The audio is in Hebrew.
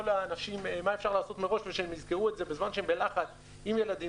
האנשים מה אפשר לעשות מראש ושהם יזכרו את זה בזמן שהם בלחץ עם ילדים,